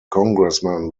congressmen